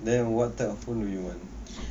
then what type of phone do you want